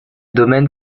domaine